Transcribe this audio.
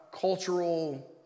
cultural